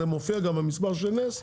זה מופיע גם במסמך של נס.